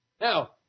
Now